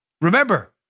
Remember